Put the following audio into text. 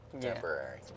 temporary